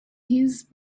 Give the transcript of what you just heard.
his